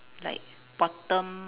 like bottom